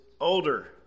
older